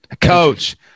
Coach